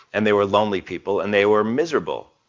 and they were lonely people and they were miserable